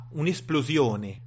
un'esplosione